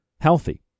healthy